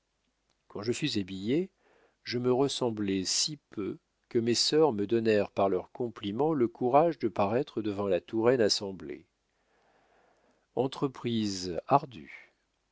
quand je fus habillé je me ressemblais si peu que mes sœurs me donnèrent par leurs compliments le courage de paraître devant la touraine assemblée entreprise